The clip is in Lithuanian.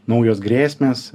naujos grėsmės